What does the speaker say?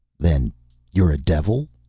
then you're a devil?